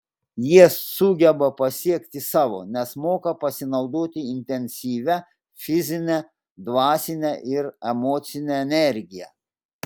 jie sugeba pasiekti savo nes moka pasinaudoti intensyvia fizine dvasine ir emocine energija